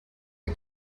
you